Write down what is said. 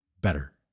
better